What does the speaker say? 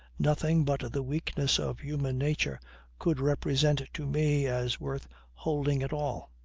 nothing but the weakness of human nature could represent to me as worth holding at all